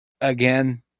again